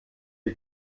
die